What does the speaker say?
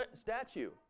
statue